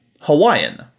Hawaiian